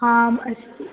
आम् अस्ति